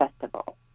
Festival